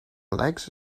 legs